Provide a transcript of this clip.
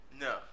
No